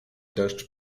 deszcz